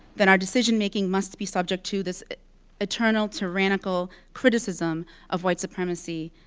that our decision making must be subject to this eternal tyrannical criticism of white supremacy,